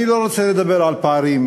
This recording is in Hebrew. אני לא רוצה לדבר על פערים.